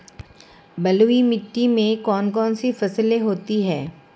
बलुई मिट्टी में कौन कौन सी फसलें होती हैं?